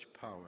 power